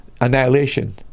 annihilation